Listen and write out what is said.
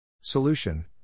Solution